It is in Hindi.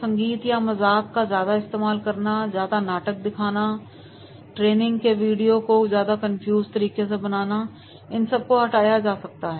संगीत या मजाक का ज्यादा इस्तेमाल करना या ज्यादा नाटक दिखा कर ट्रेनी को वीडियो में कंफ्यूज करना यह ऐसे मुद्दे हैं जिनको हटाया जा सकता है